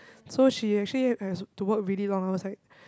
so she actually has to work really long hours like